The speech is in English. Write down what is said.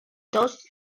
does